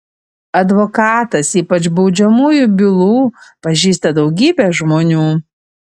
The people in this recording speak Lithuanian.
advokatas ypač baudžiamųjų bylų pažįsta daugybę žmonių